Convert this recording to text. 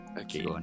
Okay